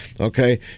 Okay